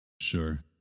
Sure